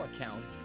Account